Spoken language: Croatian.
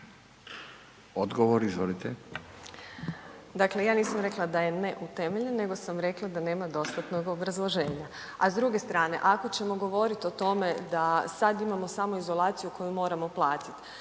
Željka (HDZ)** Dakle, ja nisam rekla da je neutemeljen nego sam rekla da nema dostatnog obrazloženja. A s druge strane, ako ćemo govoriti o tome da sad imamo samoizolaciju koju moramo platiti.